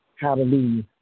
Hallelujah